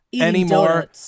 anymore